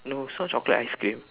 no it's not chocolate ice cream